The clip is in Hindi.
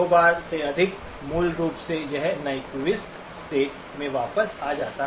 दो बार से अधिक मूल रूप से यह न्यक्विस्ट स्टेट में वापस आ जाता है